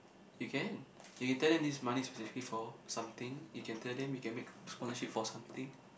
you can you can tell them this money is exactly for something you can tell them you can make sponsorship for something